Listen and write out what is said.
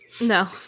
No